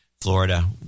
Florida